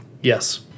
Yes